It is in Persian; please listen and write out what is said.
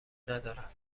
ندارم